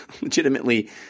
legitimately